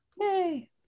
Yay